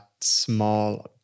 small